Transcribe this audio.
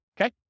Okay